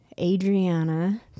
Adriana